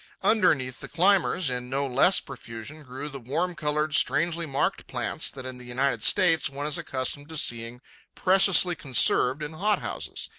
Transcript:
underneath the climbers, in no less profusion, grew the warm-coloured, strangely-marked plants that in the united states one is accustomed to seeing preciously conserved in hot-houses.